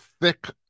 thick